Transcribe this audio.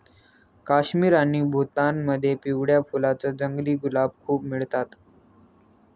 काश्मीर आणि भूतानमध्ये पिवळ्या फुलांच जंगली गुलाब खूप मिळत